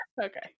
Okay